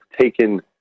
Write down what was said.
taken